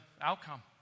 outcome